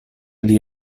ili